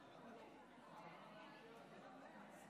חברת הכנסת מיכל שיר עלתה וביקשה הצבעה במועד אחר.